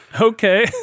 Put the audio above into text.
okay